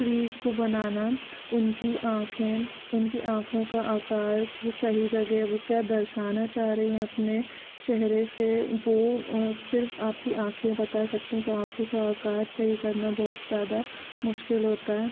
स्त्री को बनाना उनकी आंखे उनकी आँखों का आकार वो सही जगह वो क्या दर्शाना चाह रही है अपने चेहरे से वो सिर्फ आपकी आँखें बता सकती है तो आँखों का आकार सही करना बहुत ज़्यादा मुश्किल होता है